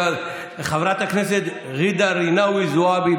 חברת הכנסת ג'ידא רינאוי זועבי,